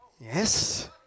Yes